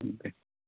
उम दे